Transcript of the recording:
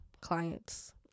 clients